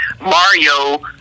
Mario